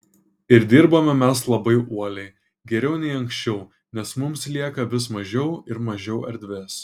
ir dirbame mes labai uoliai geriau nei anksčiau nes mums lieka vis mažiau ir mažiau erdvės